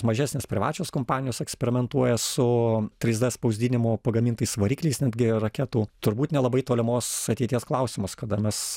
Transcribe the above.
mažesnės privačios kompanijos eksperimentuoja su trys d spausdinimu pagamintais varikliais netgi raketų turbūt nelabai tolimos ateities klausimas kada mes